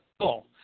cool